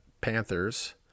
Panthers